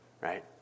right